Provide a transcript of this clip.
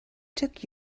took